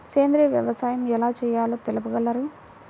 సేంద్రీయ వ్యవసాయం ఎలా చేయాలో తెలుపగలరు?